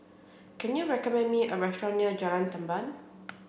can you recommend me a restaurant near Jalan Tamban